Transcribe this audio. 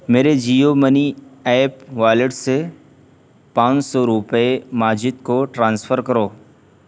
میرے Jio money app wallet سے پان سو روپے ماجد کو ٹرانسفر کرو